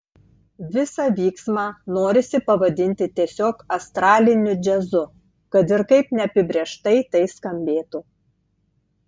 visą vyksmą norisi pavadinti tiesiog astraliniu džiazu kad ir kaip neapibrėžtai tai skambėtų